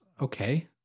okay